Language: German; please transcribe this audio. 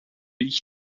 ich